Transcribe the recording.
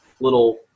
little